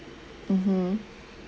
mmhmm